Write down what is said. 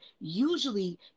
usually